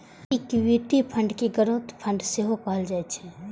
equity fund कें growth fund सेहो कहल जाइ छै